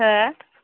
हो